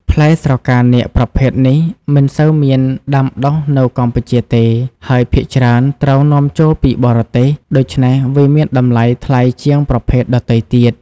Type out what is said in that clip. ផ្លែស្រកានាគប្រភេទនេះមិនសូវមានដាំដុះនៅកម្ពុជាទេ ហើយភាគច្រើនត្រូវនាំចូលពីបរទេស ដូច្នេះវាមានតម្លៃថ្លៃជាងប្រភេទដទៃទៀត។